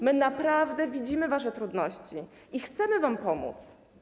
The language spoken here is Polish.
My naprawdę widzimy wasze trudności i chcemy wam pomóc.